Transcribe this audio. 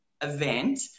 event